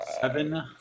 Seven